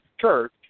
church